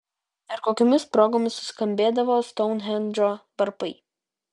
ir kokiomis progomis suskambėdavo stounhendžo varpai